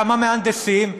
כמה מהנדסים,